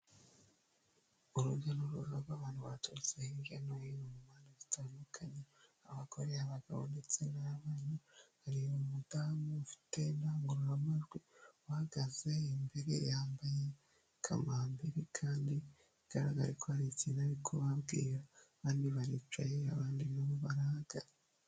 Urujya n'uruza rw'abantu baturutse hirya no hino mu mpande zitandukanye: abagore, abagabo ndetse n'abana, hari umudamu ufite indangururamajwi ubahagaze imbere, yambaye kamambiri kandi bigaragare ko hari ikintu ari babwira. Abandi baricaye abandi nabo barahagaze.